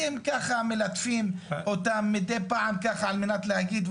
אתם ככה מלטפים אותם מדי פעם על מנת להגיד,